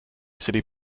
city